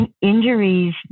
Injuries